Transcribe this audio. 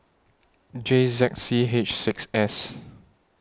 J Z C H six S